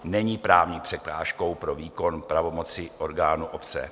Není právní překážkou pro výkon pravomocí orgánů obce.